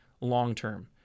long-term